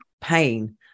pain